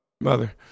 mother